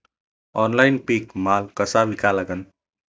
Online पीक माल कसा विका लागन?